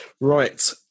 Right